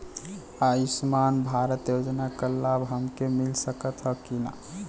आयुष्मान भारत योजना क लाभ हमके मिल सकत ह कि ना?